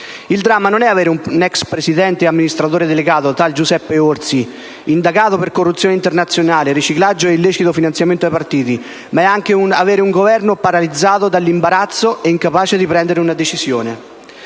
Il dramma non è solo avere un ex presidente e amministratore delegato, tal Giuseppe Orsi, indagato per corruzione internazionale, riciclaggio e illecito finanziamento ai partiti, ma è anche avere un Governo paralizzato dall'imbarazzo e incapace di prendere una decisione.